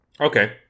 Okay